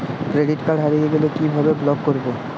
Credit card হারিয়ে গেলে কি ভাবে ব্লক করবো?